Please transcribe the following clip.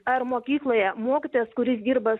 ar mokykloje mokytojas kuris dirba